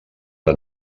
han